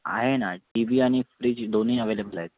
आहे ना T V आणि फ्रीज दोन्ही अवेलेबल आहेत